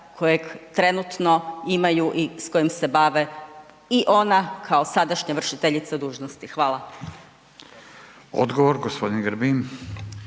kojeg trenutno imaju i s kojim se bave i ona, kao sadašnja vršiteljica dužnosti. Hvala. **Radin, Furio